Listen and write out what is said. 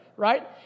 Right